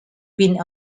been